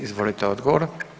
Izvolite odgovor.